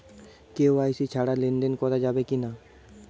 KYC ছাড়া লেনদেন করা যাবে কিনা?